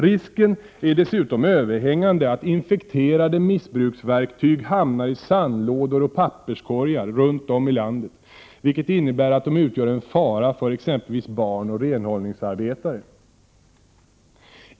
Risken är dessutom överhängande att infekterade missbruksverktyg hamnar i sandlådor och papperskorgar runt om i landet, vilket innebär att de utgör en fara för exempelvis barn och renhållningsarbetare.